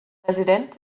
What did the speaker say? präsident